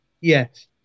yes